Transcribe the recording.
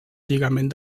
lligament